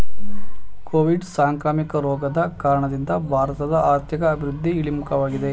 Covid ಸಾಂಕ್ರಾಮಿಕ ರೋಗದ ಕಾರಣದಿಂದ ಭಾರತದ ಆರ್ಥಿಕ ಅಭಿವೃದ್ಧಿ ಇಳಿಮುಖವಾಗಿದೆ